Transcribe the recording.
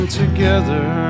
together